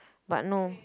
but no